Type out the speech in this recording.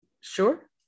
Sure